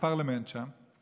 לפרלמנט שם.